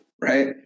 right